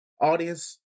audience